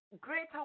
greater